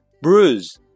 bruise